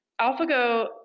AlphaGo